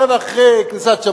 שעה וחצי אחרי כניסת שבת,